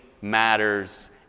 matters